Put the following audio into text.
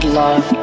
love